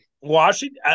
Washington –